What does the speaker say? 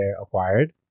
acquired